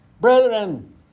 brethren